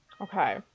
Okay